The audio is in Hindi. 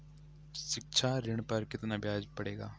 शिक्षा ऋण पर कितना ब्याज पड़ेगा?